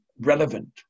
relevant